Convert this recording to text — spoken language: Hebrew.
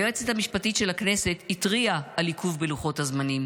היועצת המשפטית של הכנסת התריעה על עיכוב בלוחות הזמנים